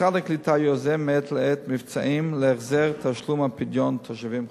משרד הקליטה יוזם מעת לעת מבצעים להחזר תשלום הפדיון לתושבים חוזרים.